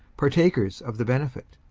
partakers of the benefit.